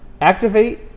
activate